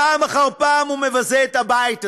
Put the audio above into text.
פעם אחר פעם הוא מבזה את הבית הזה,